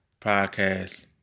podcast